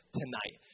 tonight